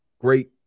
great